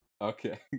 Okay